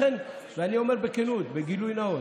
ואני אומר בכנות, בגילוי נאות,